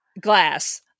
glass